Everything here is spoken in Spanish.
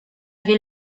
aquí